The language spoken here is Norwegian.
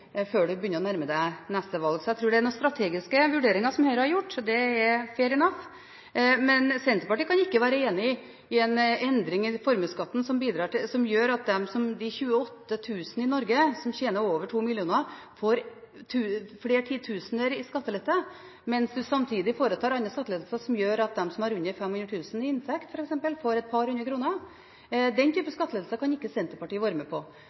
før en begynner å nærme seg neste valg. Den strategiske vurderingen som Høyre her har gjort, er «fair enough», men Senterpartiet kan ikke være enig i en endring i formuesskatten som gjør at de 28 000 i Norge som tjener over 2 mill. kr, får flere titusener i skattelette, mens en samtidig foretar andre skattelettelser som gjør at de som f.eks. har under 500 000 kr i inntekt, får et par hundre kroner. Den type skattelettelser kan ikke Senterpartiet være med på.